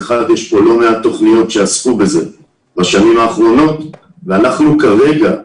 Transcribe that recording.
יש לא מעט תוכניות שעסקו בזה בשנים האחרונות ואנחנו כרגע,